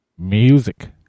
Music